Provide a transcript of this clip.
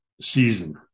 season